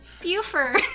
Buford